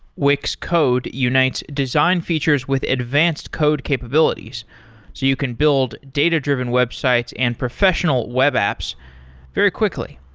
wix code unites design features with advanced code capabilities, so you can build data-driven websites and professional web apps very quickly.